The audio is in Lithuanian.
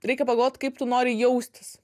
reikia pagalvot kaip tu nori jaustis